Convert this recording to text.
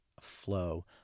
flow